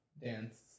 dance